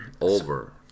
Over